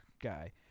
guy